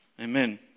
Amen